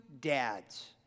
dads